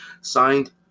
signed